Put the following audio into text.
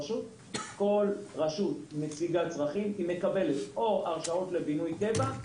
וכל רשות תציג צרכים ותקבל או הרשאות לבינוי קבע,